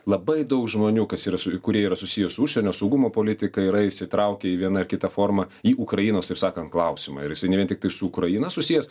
labai daug žmonių kas yra su kurie yra susiję su užsienio saugumo politika yra įsitraukę į viena ar kita forma į ukrainos taip sakant klausimą ir jisai ne vien tiktai su ukraina susijęs